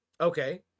Okay